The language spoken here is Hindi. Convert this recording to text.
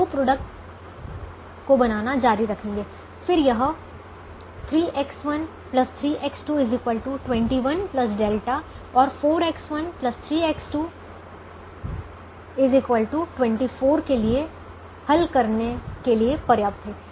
हम दो प्रोडक्ट को बनाना जारी रखेंगे फिर यह 3X1 3X2 21 ઠ और 4X1 3X2 24 के लिए हल करने के लिए पर्याप्त है